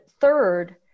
third